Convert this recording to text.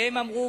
והם אמרו,